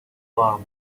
alarm